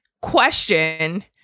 question